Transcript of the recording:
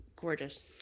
gorgeous